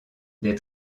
des